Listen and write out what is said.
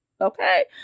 Okay